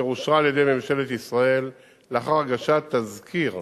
אשר אושרה על-ידי ממשלת ישראל לאחר הגשת תסקיר